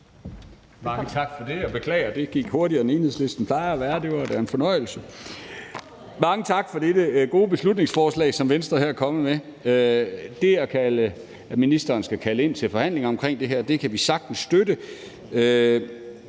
Mange tak for det,